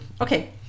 Okay